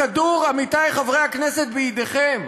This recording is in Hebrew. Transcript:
הכדור, עמיתי חברי הכנסת, בידיכם.